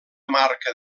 marca